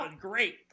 great